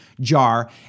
JAR